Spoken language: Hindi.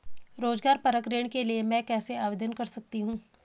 रोज़गार परक ऋण के लिए मैं कैसे आवेदन कर सकतीं हूँ?